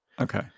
Okay